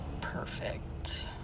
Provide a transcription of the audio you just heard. perfect